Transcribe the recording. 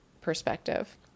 perspective